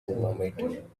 vomit